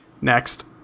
Next